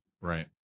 Right